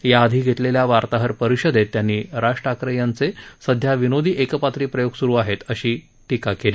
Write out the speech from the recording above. याआधी घेतलेल्या वार्ताहर परिषदेत त्यांनी राज ठाकरे यांचे सध्या विनोदी एकपात्री प्रयोग स्रु आहेत अशी टिका केली